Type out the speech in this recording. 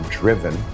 driven